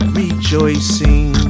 rejoicing